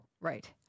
Right